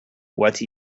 what